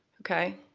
okay.